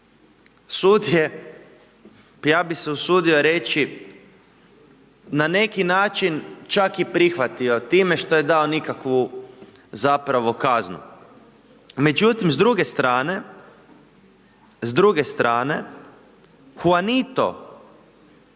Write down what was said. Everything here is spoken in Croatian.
sud je, ja bi se usudio reći na neki način čak i prihvatio time što je dao nikakvu zapravo kaznu. Međutim, s druge strane, Huanito je dobio,